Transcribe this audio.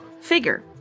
figure